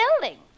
building